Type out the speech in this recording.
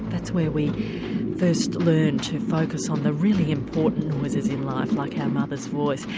that's where we first learn to focus on the really important noises in life like our mother's voice.